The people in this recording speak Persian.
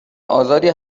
آزادی